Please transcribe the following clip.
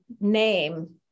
name